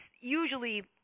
usually